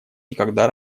никогда